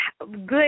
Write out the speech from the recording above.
good